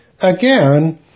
Again